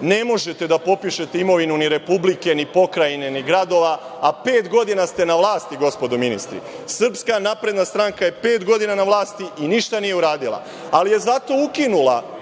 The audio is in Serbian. Ne možete da popišete imovinu ni Republike ni pokrajine ni gradova, a pet godina ste na vlasti, gospodo ministri. Srpska napredna stranka je pet godina na vlasti i ništa nije uradila, ali je zato ukinula